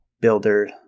Builder